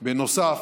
בנוסף,